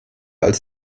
als